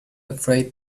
afraid